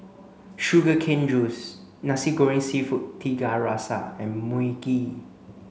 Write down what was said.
sugar cane juice Nasi Goreng Seafood Tiga Rasa and Mui Kee